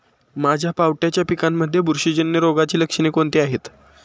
माझ्या पावट्याच्या पिकांमध्ये बुरशीजन्य रोगाची लक्षणे कोणती आहेत?